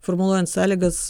formuluojant sąlygas